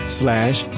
slash